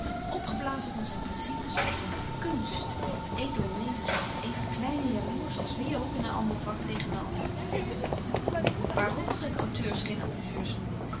opgeblazen van zijn principes en zijn kùnst edel levensdoel even klein en jaloersch als wie ook in een ander vak tegen een anderen collega waarom mag ik auteurs geen amuzeurs noemen